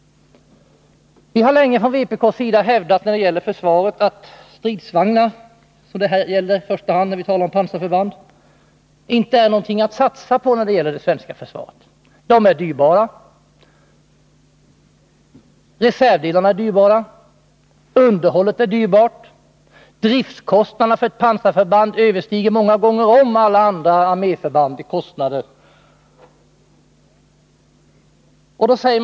Vpk har beträffande försvaret länge hävdat att stridsvagnar, som det i första hand gäller när det är fråga om pansarförband, inte är någonting att satsa på i det svenska försvaret. De är dyrbara. Reservdelarna är också dyrbara, underhållet är dyrbart och driftkostnaderna för ett pansarförband överstiger många gånger om kostnaderna för alla andra arméförband.